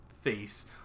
face